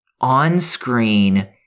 on-screen